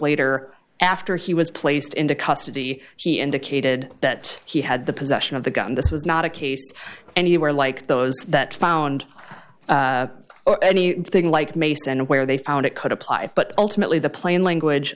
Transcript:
later after he was placed into custody he indicated that he had the possession of the gun this was not a case anywhere like those that found or any thing like mace and where they found it could apply but ultimately the plain language